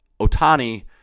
Otani